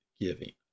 giving